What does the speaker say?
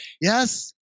Yes